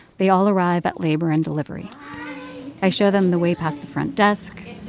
they all arrive at labor and delivery i show them the way past the front desk